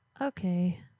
Okay